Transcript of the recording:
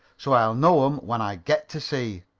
so i'll know em when i get to sea.